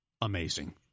amazing